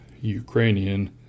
Ukrainian